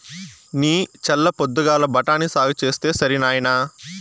నీ చల్ల పొద్దుగాల బఠాని సాగు చేస్తే సరి నాయినా